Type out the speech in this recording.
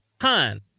Han